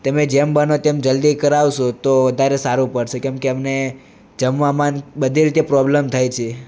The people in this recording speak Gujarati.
તમે જેમ બનો તેમ જલ્દી કરાવશો તો વધારે સારું પડશે કેમ કે અમને જમવામાં જ બધી રીતે પ્રોબલમ થાય છે